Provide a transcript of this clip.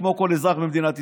כמו לכל אזרח במדינת ישראל.